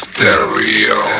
Stereo